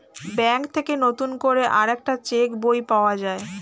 bank থেকে নতুন করে আরেকটা চেক বই পাওয়া যায়